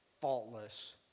faultless